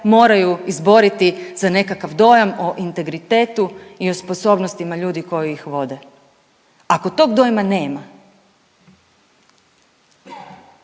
moraju izboriti za nekakav dojam o integritetu i o sposobnostima ljudi koji ih vode ako tog dojma nema.